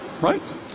right